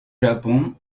japon